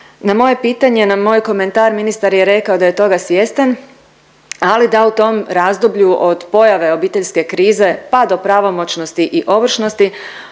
Na moje pitanje, na moj komentar ministar je rekao da je toga svjestan, ali da u tom razdoblju od pojave obiteljske krize pa do pravomoćnosti i ovršnosti